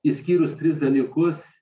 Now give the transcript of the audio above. išskyrus tris dalykus